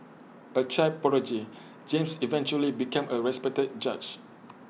A child prodigy James eventually became A respected judge